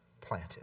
planted